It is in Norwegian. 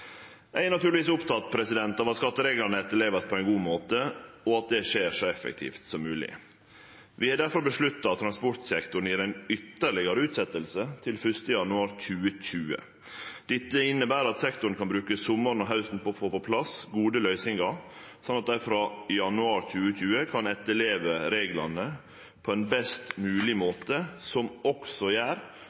Eg er naturlegvis oppteken av at skattereglane vert etterlevde på ein god måte, og at det skjer så effektivt som mogleg. Vi har difor vedteke å gje transportsektoren ei ytterlegare utsetjing, til 1. januar 2020. Dette inneber at sektoren kan bruke sommaren og hausten til å få på plass gode løysingar, slik at dei frå januar 2020 kan etterleve reglane på ein best mogleg måte, som også gjer